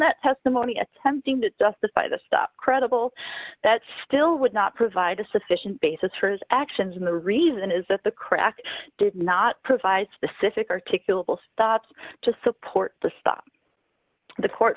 that testimony attempting to justify the stuff credible that still would not provide a sufficient basis for his actions and the reason is that the crack did not provide specific articulable stops to support the stop the court